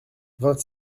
vingt